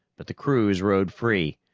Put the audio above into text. but the crews rode free.